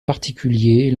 particulier